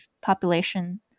population